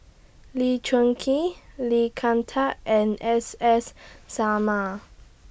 Lee Choon Kee Lee Kin Tat and S S Sarma